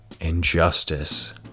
injustice